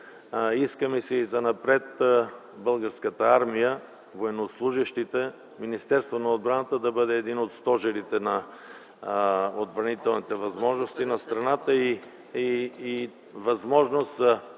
Иска ми се и занапред Българската армия, военнослужещите, Министерството на отбраната да бъдат един от стожерите на отбранителните възможности на страната и възможност